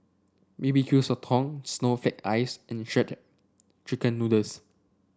B B Q Sotong Snowflake Ice and Shredded Chicken Noodles